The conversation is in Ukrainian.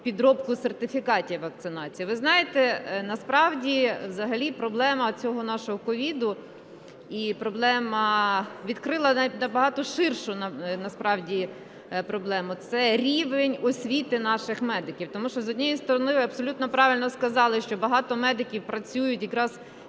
підробку сертифікатів вакцинації. Ви знаєте, насправді взагалі проблема цього нашого COVID і проблема відкрила набагато ширшу насправді проблему – це рівень освіти наших медиків, тому що, з однієї сторони, ви абсолютно правильно сказали, що багато медиків працюють якраз